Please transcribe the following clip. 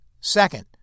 Second